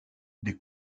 des